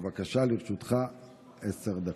בבקשה, לרשותך עשר דקות.